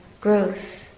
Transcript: growth